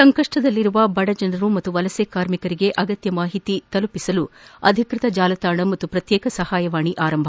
ಸಂಕಷ್ಟದಲ್ಲಿರುವ ಬಡ ಜನರು ಮತ್ತು ವಲಸೆ ಕಾರ್ಮಿಕರಿಗೆ ಅಗತ್ಯ ಮಾಹಿತಿ ತಲುಪಿಸಲು ಅಧಿಕೃತ ಜಾಲತಾಣ ಮತ್ತು ಪ್ರತ್ಯೇಕ ಸಹಾಯವಾಣಿ ಆರಂಭ